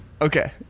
Okay